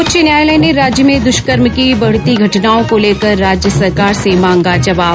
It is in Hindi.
उच्च न्यायालय ने राज्य में दष्कर्म की बढ़ती घटनाओं को लेकर राज्य सरकार से मांगा जवाब